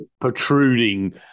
Protruding